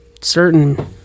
certain